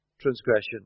transgression